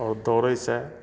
आओर दौड़ै से